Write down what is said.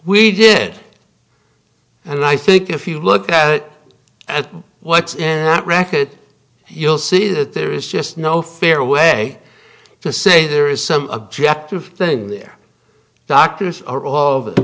we did it and i think if you look at it at what's in that racket you'll see that there is just no fair way to say there is some objective thing there doctors are all over the